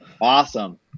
Awesome